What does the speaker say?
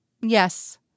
Yes